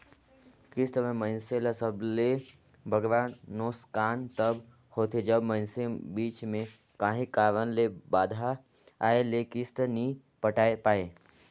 किस्त में मइनसे ल सबले बगरा नोसकान तब होथे जब मइनसे बीच में काहीं कारन ले बांधा आए ले किस्त नी पटाए पाए